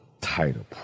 title